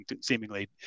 seemingly